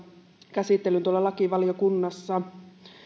käsittelyn tuolla lakivaliokunnassa